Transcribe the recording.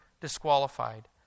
disqualified